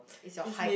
it's your height